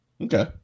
Okay